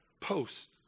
post